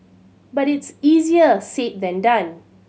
but it's easier said than done